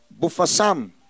Bufasam